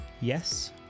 yes